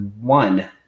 one